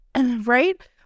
right